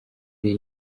iyi